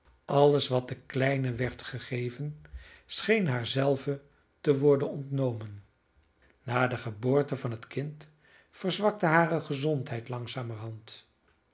alles wat de kleine werd gegeven scheen haar zelve te worden ontnomen na de geboorte van het kind verzwakte hare gezondheid langzamerhand